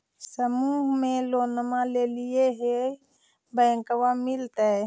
समुह मे लोनवा लेलिऐ है बैंकवा मिलतै?